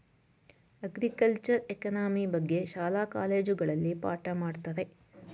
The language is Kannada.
ಅಗ್ರಿಕಲ್ಚರೆ ಎಕಾನಮಿ ಬಗ್ಗೆ ಶಾಲಾ ಕಾಲೇಜುಗಳಲ್ಲಿ ಪಾಠ ಮಾಡತ್ತರೆ